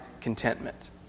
contentment